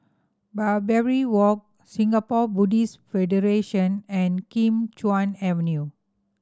Barbary Walk Singapore Buddhist Federation and Kim Chuan Avenue